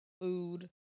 food